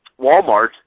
Walmart